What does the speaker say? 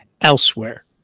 elsewhere